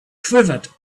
quivered